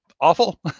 Awful